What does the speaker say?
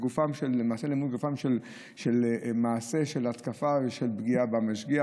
לגופו של מעשה ההתקפה ושל פגיעה במשגיח,